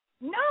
No